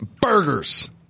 burgers